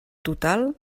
total